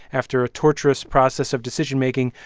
after a torturous process of decision-making,